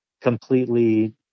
completely